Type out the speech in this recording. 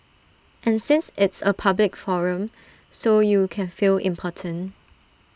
and since it's A public forum so you can feel important